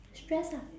stress lah